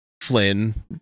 flynn